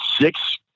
six